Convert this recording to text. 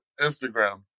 Instagram